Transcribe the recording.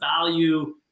value